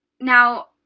Now